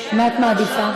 מה את מעדיפה?